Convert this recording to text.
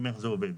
איך זה עובד.